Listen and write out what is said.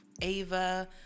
Ava